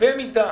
שבמידה